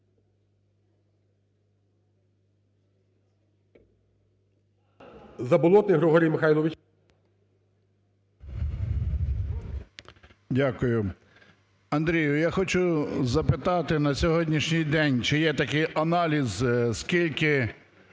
Дякую. Андрію, я хочу запитати. На сьогоднішній день чи є такий аналіз, скільки